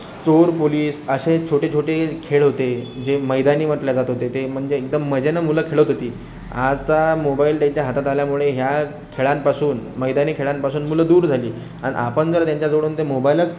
चोर पोलिस असे छोटे छोटे खेळ होते जे मैदानी म्हटलं जात होते ते म्हणजे एकदम मजेने मुलं खेळत होती आता मोबाइल त्यांच्या हातात आल्यामुळे ह्या खेळांपासून मैदानी खेळांपासून मुलं दूर झाली अन् आपण जर त्यांच्याजवळून ते मोबाइलच